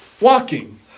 walking